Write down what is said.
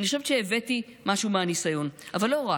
אני חושבת שהבאתי משהו מהניסיון, אבל לא רק.